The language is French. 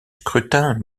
scrutin